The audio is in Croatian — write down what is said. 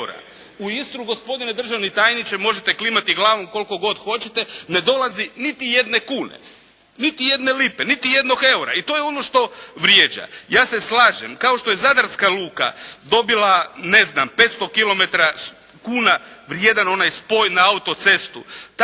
U Istru gospodine državni tajniče, možete klimati glavom koliko god hoćete, ne dolazi niti jedne kune, niti jedne lipe, niti jednog eura. I to je ono što vrijeđa. Ja se slažem kao što je Zadarska luka dobila ne znam 500 kilometara kuna vrijedan onaj spoj na auto-cestu